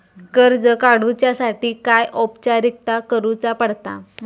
कर्ज काडुच्यासाठी काय औपचारिकता करुचा पडता?